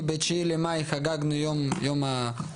כי ב-9 במאי חגגנו את יום הניצחון,